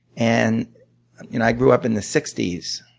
and you know i grew up in the sixty s